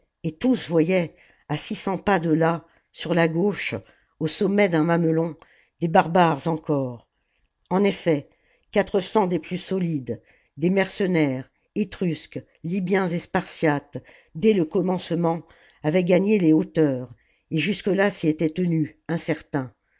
et tous voyaient à six cents pas de là sur la gauche au sommet d'un mamelon des barbares encore en effet quatre cents des plus solides des mercenaires etrusques libyens et spartiates dès le commencement avaient gagné les hauteurs et jusque-là s'y étaient tenus incertains